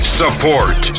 support